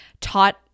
taught